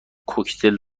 کوکتل